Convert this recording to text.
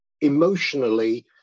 Emotionally